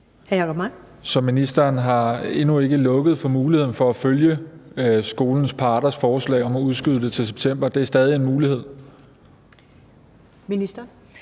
Jacob Mark (SF): Så ministeren har endnu ikke lukket for muligheden for at følge skolens parters forslag om at udskyde det til september? Det er stadig en mulighed? Kl.